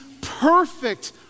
perfect